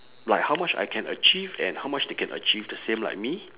like how much I can achieve and how much they can achieve the same like me